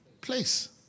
place